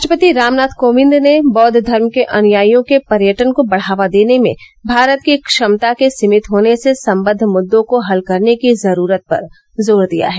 राष्ट्रपति रामनाथ कोविंद ने बौद्ध धर्म के अनुयायियों के पर्यटन को बढ़ावा देने में भारत की क्षमता के सीमित होने से सम्बद्ध मुद्दों को हल करने की जरूरत पर जोर दिया है